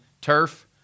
turf